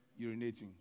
urinating